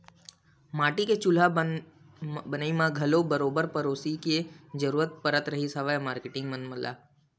माटी के चूल्हा बनई म घलो बरोबर पेरोसी के जरुरत पड़त रिहिस हवय मारकेटिंग मन ल